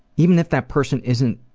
even if that person isn't